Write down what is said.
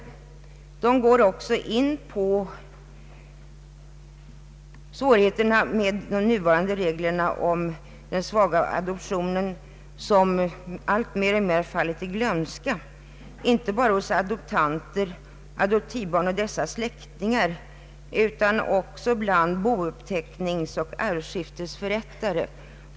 Föreningen går också in på svårigheterna med de nuvarande reglerna om den svaga adoptionen, som mer och mer fallit i glömska, inte bara hos adoptanter, adoptivbarn och deras släktingar utan också bland bouppteckningsoch arvsskiftesförrättare.